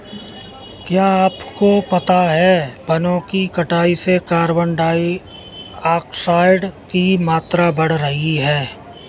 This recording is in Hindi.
क्या आपको पता है वनो की कटाई से कार्बन डाइऑक्साइड की मात्रा बढ़ रही हैं?